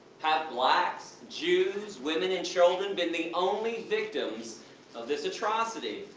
have blacks, jews, women and children been the only victims of this atrocity?